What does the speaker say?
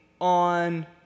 on